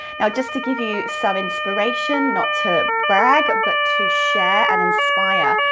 now, just to give you some inspiration, not to brag but to share and inspire,